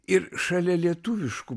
ir šalia lietuviškų